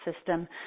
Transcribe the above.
system